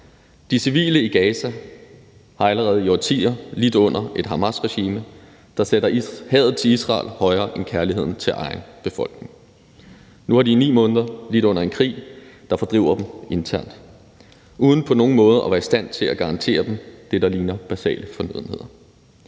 De civile i Gaza har allerede i årtier lidt under et Hamasregime, der sætter hadet til Israel højere end kærligheden til egen befolkning. Nu har de i 9 måneder lidt under en krig, der fordriver dem internt, uden på nogen måde at være i stand til at garantere dem det, der ligner basale fornødenheder.